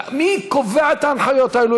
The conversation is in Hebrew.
מי קובע את ההנחיות האלה?